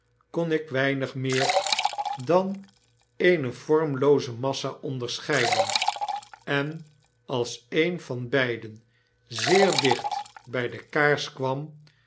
kon ik weinig meer dan eene vormlooze massa onderscheiden en als een van beiden zeer dicht by de kaars kwam